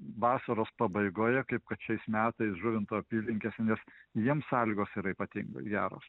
vasaros pabaigoje kaip kad šiais metais žuvinto apylinkėse nes jiems sąlygos yra ypatingai geros